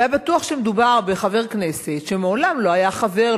הוא היה בטוח שמדובר בחבר כנסת שמעולם לא היה חבר,